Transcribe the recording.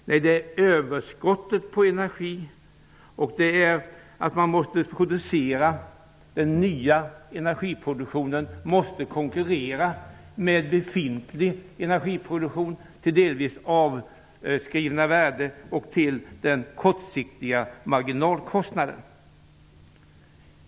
Nej, orsaken är att det finns ett överskott på energi och att den nya energiproduktionen måste konkurrera med befintlig energiproduktion, med delvis avskrivna värden och en kortsiktig marginalkostnad.